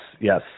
yes